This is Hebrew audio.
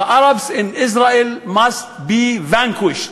The Arabs in Israel must be vanquished.